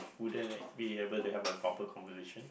wouldn't like be able to have a proper conversation